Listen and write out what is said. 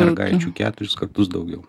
mergaičių keturis kartus daugiau